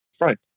Right